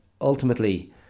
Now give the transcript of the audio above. ultimately